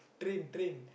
training training